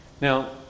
Now